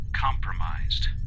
compromised